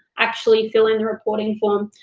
actually fill in the reporting form.